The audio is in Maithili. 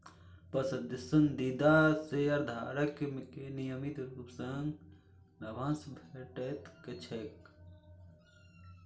पसंदीदा शेयरधारक कें नियमित रूप सं लाभांश भेटैत छैक